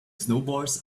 snowballs